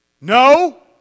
no